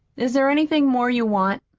is there anything more you want?